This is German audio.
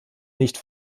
nicht